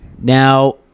Now